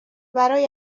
برای